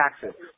taxes